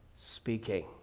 speaking